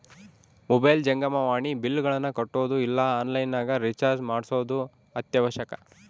mobile ಜಂಗಮವಾಣಿ ಬಿಲ್ಲ್ಗಳನ್ನ ಕಟ್ಟೊದು ಇಲ್ಲ ಆನ್ಲೈನ್ ನಗ ರಿಚಾರ್ಜ್ ಮಾಡ್ಸೊದು ಅತ್ಯವಶ್ಯಕ